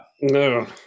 No